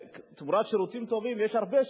תמורת שירותים טובים, יש הרבה שירותים.